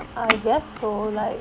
I guess so like